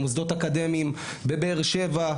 ממוסדות האקדמיים בבאר שבע,